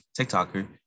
tiktoker